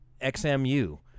XMU